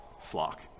flock